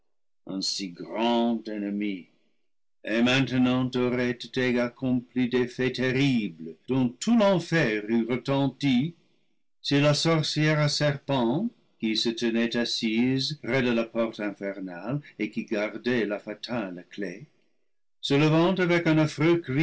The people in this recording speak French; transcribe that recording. un si grand ennemi et maintenant auraient été accomplis des faits terribles dont tout l'enfereût retenti si la sorcière à serpents qui se tenait assise près de la porte infernale et qui gardait la fatale clef se levant avec un